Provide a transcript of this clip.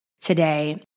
today